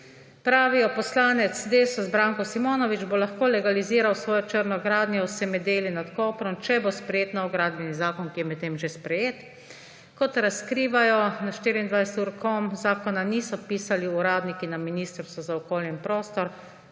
Pravijo: »Poslanec Desusa Branko Simonovič bo lahko legaliziral svojo črno gradnjo v Semedeli nad Koprom, če bo sprejet nov gradbeni zakon.« Ki je medtem že sprejet. Kot razkrivajo na 24ur.com, »zakona niso pisali uradniki na ministrstvu za okolje in prostor,